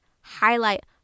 highlight